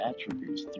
attributes